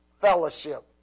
fellowship